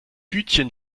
hütchen